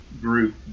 group